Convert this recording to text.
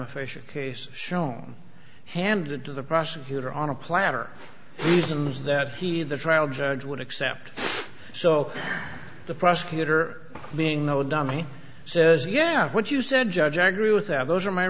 fresh case shown handed to the prosecutor on a platter reasons that he the trial judge would accept so the prosecutor being no dummy says yeah what you said judge i agree with that those are my